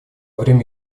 время